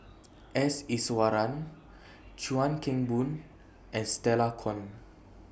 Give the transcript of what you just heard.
S Iswaran Chuan Keng Boon and Stella Kon